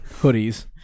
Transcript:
hoodies